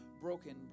broken